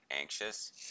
anxious